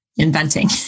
inventing